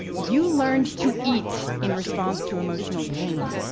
you learned to eat in response to emotional pain.